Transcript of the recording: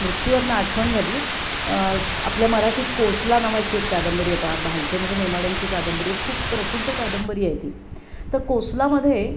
मृत्यूवरून आठवण झाली आपल्या मराठीत कोसला नावाची एक कादंबरी आहे बा भालचंद्र नेमाड्यांची कादंबरी आहे खूप प्रसिद्ध कादंबरी आहे ती तर कोसलामध्ये